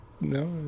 no